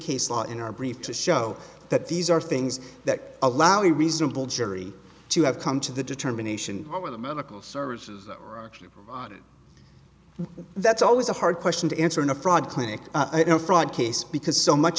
case law in our brief to show that these are things that allow a reasonable jury to have come to the determination of the medical services that's always a hard question to answer in a fraud clinic fraud case because so much